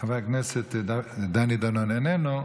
חבר הכנסת דני דנון, איננו.